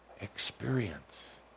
experience